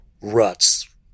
ruts